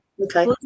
Okay